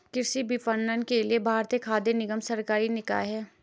कृषि विपणन के लिए भारतीय खाद्य निगम सरकारी निकाय है